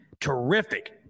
terrific